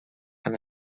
han